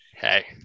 Hey